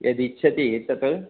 यदिच्छति तत्